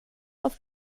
auf